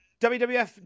WWF